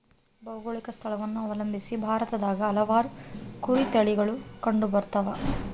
ಭೌಗೋಳಿಕ ಸ್ಥಳವನ್ನು ಅವಲಂಬಿಸಿ ಭಾರತದಾಗ ಹಲವಾರು ಕುರಿ ತಳಿಗಳು ಕಂಡುಬರ್ತವ